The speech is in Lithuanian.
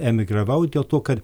emigravau dėl to kad